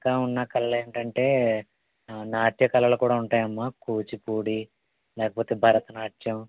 ఇంకా ఉన్న కళలు ఏంటంటే నాట్య కళలు కూడా ఉంటాయమ్మ కూచిపూడి లేకపోతే భరతనాట్యం